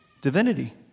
divinity